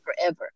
forever